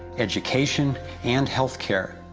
education and health care,